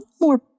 more